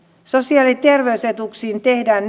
sosiaali ja terveysetuuksiin tehdään